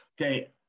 okay